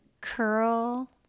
curl